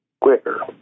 quicker